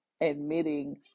admitting